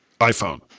iPhone